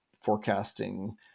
forecasting